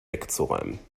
wegzuräumen